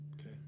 Okay